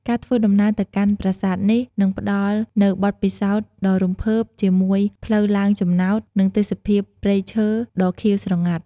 ការធ្វើដំណើរទៅកាន់ប្រាសាទនេះ នឹងផ្ដល់នូវបទពិសោធន៍ដ៏រំភើបជាមួយផ្លូវឡើងចំណោត និងទេសភាពព្រៃឈើដ៏ខៀវស្រងាត់។